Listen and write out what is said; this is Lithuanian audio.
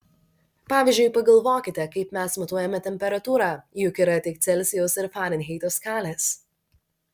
pavyzdžiui pagalvokite kaip mes matuojame temperatūrą juk yra tik celsijaus ir farenheito skalės